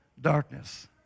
darkness